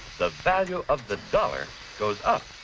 the value of the dollar goes up.